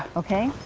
ok.